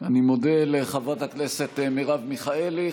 אני מודה לחברת הכנסת מרב מיכאלי.